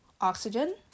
oxygen